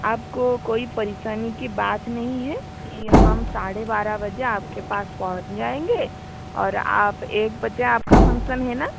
आपको कोई परेशानी की बात नहीं है ये हम साढ़े बारह बजे आपके पास पहुंच जाएंगे और आप एक बजे आपका फंक्सन है ना